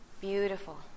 Beautiful